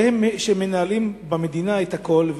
והם אלה שמנהלים במדינה את הכול,